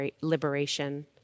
liberation